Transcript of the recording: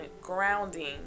grounding